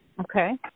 okay